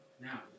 now